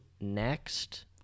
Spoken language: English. next